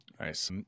Nice